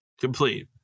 complete